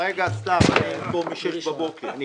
רגע, סתיו, אני פה משש בבוקר.